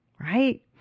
right